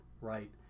right